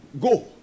Go